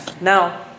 Now